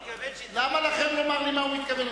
למה לכם לומר למה הוא מתכוון?